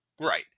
Right